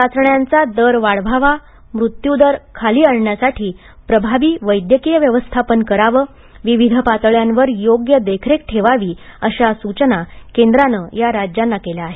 चाचण्यांचा दर वाढवावा मृत्यूदर खाली आणण्यासाठी प्रभावी वैद्यकीय व्यवस्थापन करावं विविध पातळयांवर योग्य देखरेख ठेवावी अशा सूचना केंद्रानं या राज्यांना केल्या आहेत